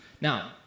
Now